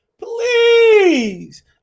please